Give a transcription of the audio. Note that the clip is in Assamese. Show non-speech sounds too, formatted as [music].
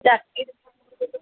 [unintelligible]